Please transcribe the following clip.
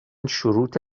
شروط